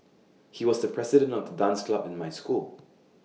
he was the president of the dance club in my school